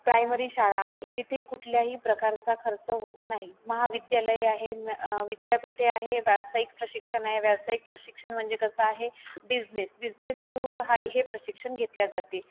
primary शाळा आहे जिथे कुठल्याही प्रकारचा खर्च होत नाही महाविद्यालय आहे विद्यापीठे आहे व्यावसायिक प्रशिक्षण आहे व्यावसायिक प्रशिक्षण म्हणजे कसं आहे बिझनेस बिझनेस थ्रू हा हे प्रशिक्षण घेतल्या जाते